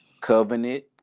covenant